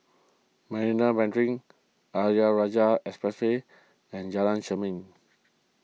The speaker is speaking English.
Marina Mandarin Ayer Rajah Expressway and Jalan Jermin